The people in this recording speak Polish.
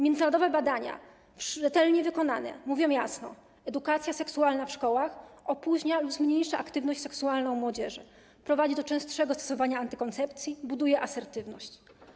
Międzynarodowe badania, rzetelnie wykonane, mówią jasno: edukacja seksualna w szkołach opóźnia lub zmniejsza aktywność seksualną młodzieży, prowadzi do częstszego stosowania antykoncepcji, buduje asertywność.